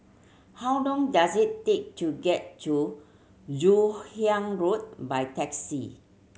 how long does it take to get to Joon Hiang Road by taxi